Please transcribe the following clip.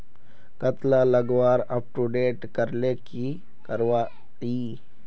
कतला लगवार अपटूडेट करले की करवा ई?